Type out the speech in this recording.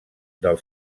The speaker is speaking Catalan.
del